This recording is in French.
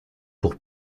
pour